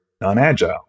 non-agile